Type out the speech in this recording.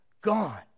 gone